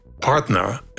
partner